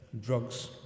drugs